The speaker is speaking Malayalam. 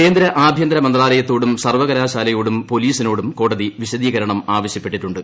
കേന്ദ്ര ആഭ്യന്തര മന്ത്രാലയത്തോടും സർവകലാശാലയോടും പോലീസിനോടും കോടതി വിശദീകരണം ആവശ്യപ്പെട്ടിട്ടുണ്ട്